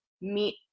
meet